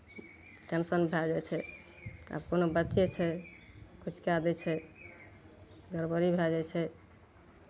tension भए जाइ छै आ कोनो बच्चे छै तऽ कए दै छै गड़बड़ी भए जाइ छै